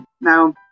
Now